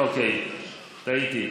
אוקיי, טעיתי.